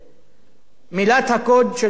מילת הקוד של העלאת מסים,